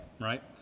right